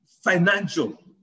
Financial